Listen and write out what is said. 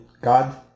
God